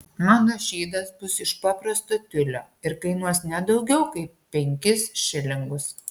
mano šydas bus iš paprasto tiulio ir kainuos ne daugiau kaip penkis šilingus